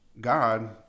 God